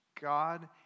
God